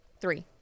three